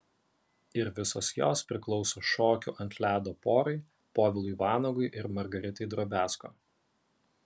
ir visos jos priklauso šokių ant ledo porai povilui vanagui ir margaritai drobiazko